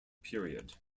period